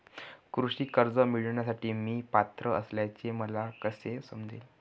कृषी कर्ज मिळविण्यासाठी मी पात्र असल्याचे मला कसे समजेल?